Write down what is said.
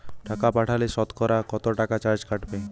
টাকা পাঠালে সতকরা কত টাকা চার্জ কাটবে?